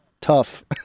tough